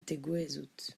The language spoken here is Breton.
tegouezhout